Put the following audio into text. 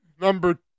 Number